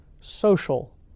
social